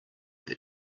that